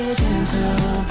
gentle